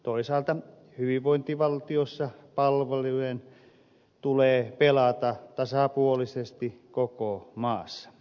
toisaalta hyvinvointivaltiossa palvelujen tulee pelata tasapuolisesti koko maassa